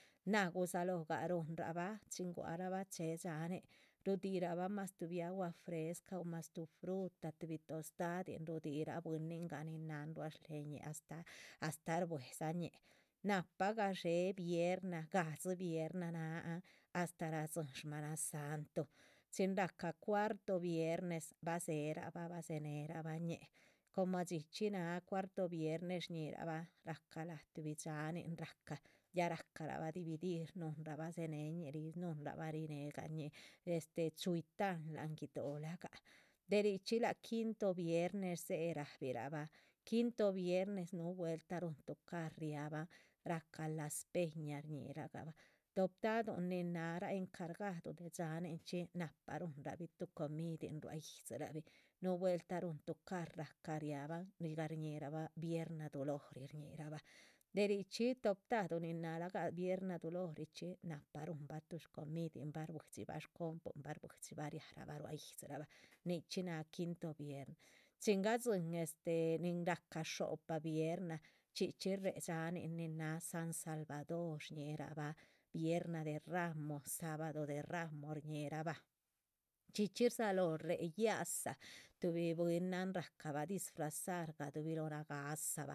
Náha gudzalóho gah ruhunrabah chin ruárabah chéhe dxáanin ruhuridabah mas tuhbi agua fresca, mas tuh fruta tuhbi tostadin, ruhudiragah bwinin nin náhan ruá shléhe ñih. astáh astáh shbuedzañih nahpa gadxé vierna ga´dzi vierna, náhan astáh radzíhin shmanasantuh, chin rahca cuarto viernes bah dzéherabah bah dzeberabah ñih, coma dxi chxí. náha cuarto viernes shñíhirabah rahca láha tuhbi dxáanin rahca, ya rahcarabah dividir, nuhunrabah dzenéhñih ríh, shnunrabah rinegañih láhan guido´ lahgah. de richxí láha quinto viernes dzéhe rabirah bah quinto viernes núhu vueltah rúhun tucar riabahn rahca las peñas shñihiragabah, toptaduhun nin náhara encargado de. dxáhaninchxi nahpa ruhunrabih tuh comidin ruá yíhdzirabih, núhu vueltah rúhun tucar rahca riabahan dzigah shñíhirabah vierna dulori shñihirabah, deh richxí. tob taduh nin nálagah vierna dulori chxí nahpa ruhunba tuh shcomidin bah shbuidxibah shcompuinbah shbuidxirabah riah rabah ruá yídzirabah. nichxí náha quinto viernes, chin gad´zin este nin rahca xo´pa vierna, chxí chxí réhe dxáhanin nin náha san salvador shñihirabah vierna de ramos, sábado de ramos. shñíhirabah chxí chxí rdzalóho réhe yádza tuhbi bwínan rahcabah disfrazar gaduhubi lóho nagása.